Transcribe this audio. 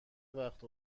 وقت